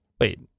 Wait